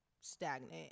stagnant